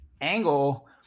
angle